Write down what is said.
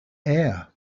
air